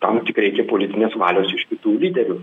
tam reikia politinės valios iš kitų lyderių